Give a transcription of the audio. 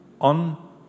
on